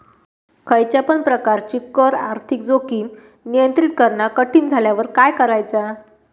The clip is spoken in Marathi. खयच्या पण प्रकारची कर आर्थिक जोखीम नियंत्रित करणा कठीण झाल्यावर काय करायचा?